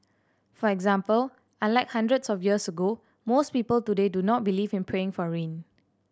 for example unlike hundreds of years ago most people today do not believe in praying for rain